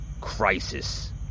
crisis